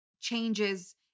changes